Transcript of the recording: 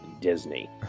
disney